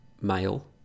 male